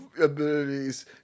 abilities